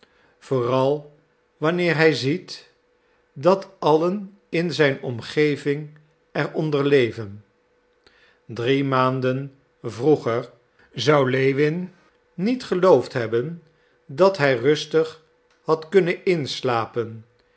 vooral wanneer hij ziet dat allen in zijn omgeving er onder leven drie maanden vroeger zou lewin niet geloofd hebben dat hij rustig had kunnen inslapen